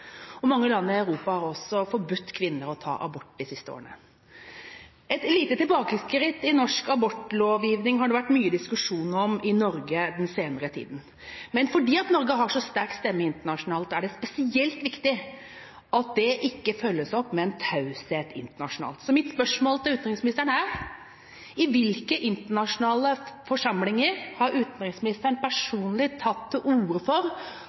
og mange land i Europa har også forbudt kvinner å ta abort de siste årene. Et lite tilbakeskritt i norsk abortlovgivning har det vært mye diskusjon om i Norge i den senere tiden, men fordi Norge har en så sterk stemme internasjonalt, er det spesielt viktig at det ikke følges opp med taushet internasjonalt. Så mitt spørsmål til utenriksministeren er: I hvilke internasjonale forsamlinger har utenriksministeren personlig tatt til orde for